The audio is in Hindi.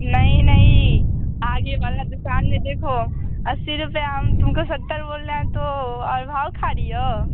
नहीं नहीं आगे वाला दुकान में देखो अस्सी रुपया हम तुमको सत्तर बोल रहें तो और भाव खा रही हो